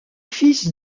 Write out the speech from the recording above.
fils